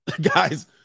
Guys